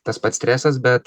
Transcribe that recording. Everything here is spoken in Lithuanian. tas pats stresas bet